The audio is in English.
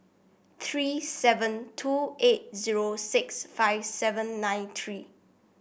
three seven two eight zero six five seven nine three